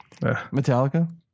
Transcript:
Metallica